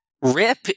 Rip